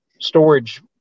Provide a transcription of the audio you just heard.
storage